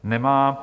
Nemá.